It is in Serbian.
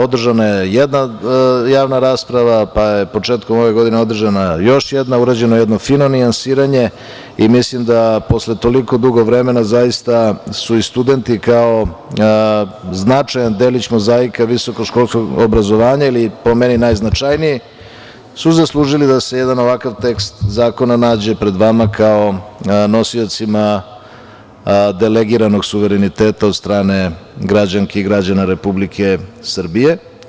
Održana je jedna javna rasprava, pa je početkom ove godine održana još jedna, urađeno jedno fino nijansiranje, i mislim da posle toliko dugo vremena, zaista su i studenti, kao značajan delić mozaika visokoškolskog obrazovanja ili po meni, najznačajniji, zaslužili da se jedan ovakav tekst zakona nađe pred vama kao nosiocima delegiranog suvereniteta od strane građanki i građana Republike Srbije.